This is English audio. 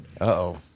Uh-oh